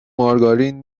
مارگارین